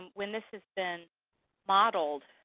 when this has been modeled,